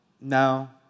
No